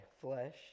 flesh